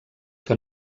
que